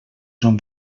són